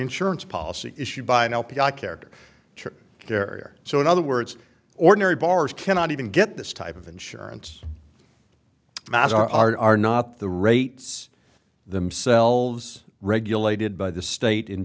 insurance policy issued by an lp i character there so in other words ordinary bars cannot even get this type of insurance are not the rates themselves regulated by the state in